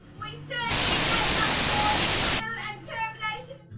we certainly make up for in will and determination!